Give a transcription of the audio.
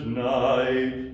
night